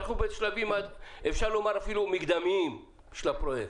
אנחנו בשלבים מקדמיים של הפרויקט.